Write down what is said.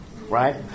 right